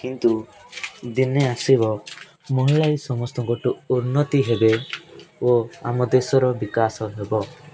କିନ୍ତୁ ଦିନେ ଆସିବ ମହିଳା ଏଇ ସମସ୍ତଙ୍କଠୁ ଉନ୍ନତି ହେବ ଓ ଆମ ଦେଶର ବିକାଶ ହେବ